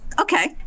okay